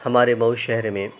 ہمارے مئو شہر میں